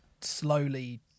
slowly